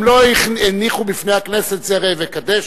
הם לא הניחו בפני הכנסת זה ראה וקדש.